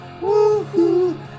Woohoo